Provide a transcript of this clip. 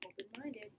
open-minded